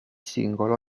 singolo